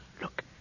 Look